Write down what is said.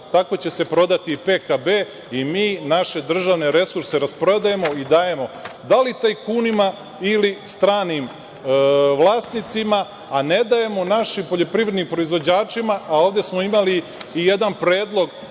tako će se prodati i PKB i mi naše državne resurse rasprodajemo i dajemo da li tajkunima ili stranim vlasnicima, a ne dajemo našim poljoprivrednim proizvođačima. Ovde smo imali i jedan predlog.